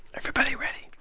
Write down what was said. everybody ready?